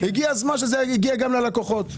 הגיע הזמן שזה יגיע גם ללקוחות.